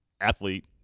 athlete